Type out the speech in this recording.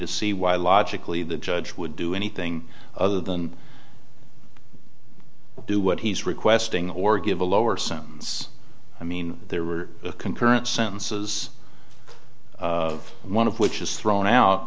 to see why logically the judge would do anything other than do what he's requesting or give a lower sentence i mean there were concurrent sentences of one of which is thrown out